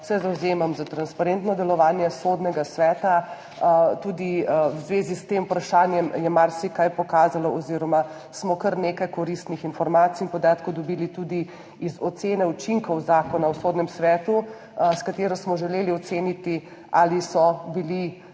se zavzemam za transparentno delovanje Sodnega sveta. Tudi v zvezi s tem vprašanjem se je marsikaj pokazalo oziroma smo kar nekaj koristnih informacij in podatkov dobili tudi iz ocene učinkov Zakona o sodnem svetu, s katero smo želeli oceniti, ali so bili